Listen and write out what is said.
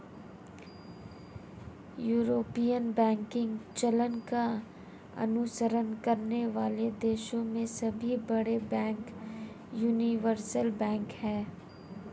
European banking चलन का अनुसरण करने वाले देशों में सभी बड़े बैंक यूनिवर्सल बैंक हैं